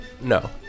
No